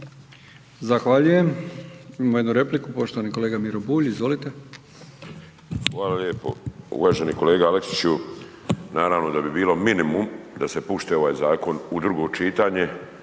Zahvaljujem. Imamo jednu repliku. Poštovani kolega Miro Bulj, izvolite. **Bulj, Miro (MOST)** Hvala lijepo. Uvaženi kolega Aleksiću naravno da bi bilo minimum da se pušti ovaj zakon u drugo čitanje